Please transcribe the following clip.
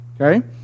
Okay